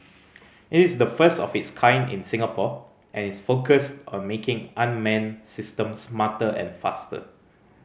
it is the first of its kind in Singapore and is focused on making unmanned systems smarter and faster